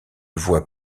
voie